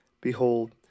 Behold